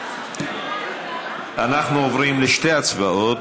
אנחנו עוברים לשתי הצבעות.